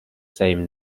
same